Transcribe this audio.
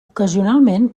ocasionalment